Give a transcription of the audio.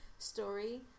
Story